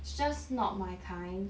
it's just not my kind